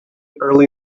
early